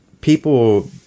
people